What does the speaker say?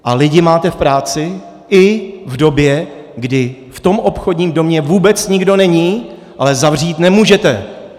A lidi máte v práci i v době, kdy v tom obchodním domě vůbec nikdo není, ale zavřít nemůžete.